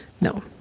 No